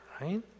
right